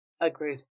Agreed